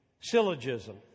syllogism